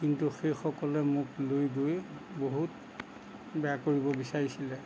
কিন্তু সেইসকলে মোক লৈ গৈ বহুত বেয়া কৰিব বিচাৰিছিলে